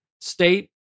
State